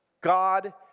God